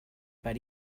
but